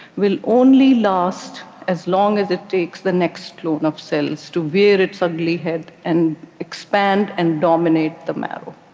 will only last as long as it takes the next clone of cells to rear its ugly head and expand and dominate the marrow.